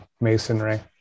masonry